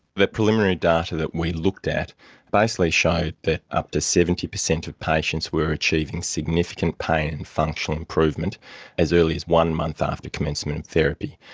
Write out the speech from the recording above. preliminary data that we looked at basically showed that up to seventy percent of patients were achieving significant pain and functional improvement as early as one month after commencement of therapy.